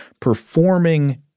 performing